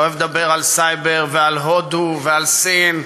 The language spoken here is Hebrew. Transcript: אתה אוהב לדבר על סייבר, על הודו ועל סין.